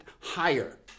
higher